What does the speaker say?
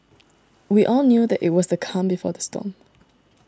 we all knew that it was the calm before the storm